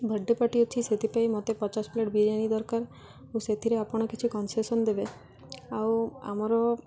birthday party ଅଛି ସେଥିାଇଁ ମତେ ପଚାଶ ପ୍ଲେଟ୍ ବିରିୟାନୀ ଦରକାର ମୁଁ ସେଥିରେ ଆପଣ କିଛି କନସେସନ୍ ଦେବେ ଆଉ ଆମର